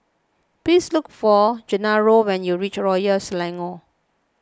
please look for Gennaro when you reach Royal Selangor